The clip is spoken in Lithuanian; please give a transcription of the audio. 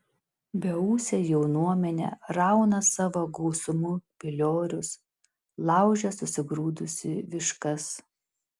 beūsė jaunuomenė rauna savo gausumu piliorius laužia susigrūdusi viškas